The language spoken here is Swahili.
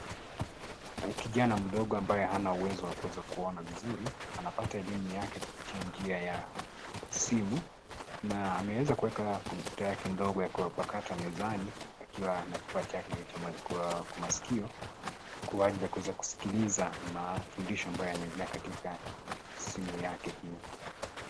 Kijana mdogo ambaye hana uwezo wa kuweza kuona vizuri anapata elimu yake kupitia njia ya simu na ameweza kuweka kompyuta yake ndogo ya mpakato mezani akiwa na kifaa chake kwa masikio kwa ajili ya kuweza kusikiliza mafundisho ambayo yanaendelea katika simu yake hiyo.